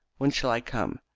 when shall i come?